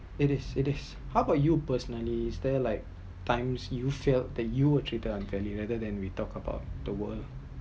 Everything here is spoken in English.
it is it is how about you personally is there like times you felt that you were treated unfairly rather than we talked about the world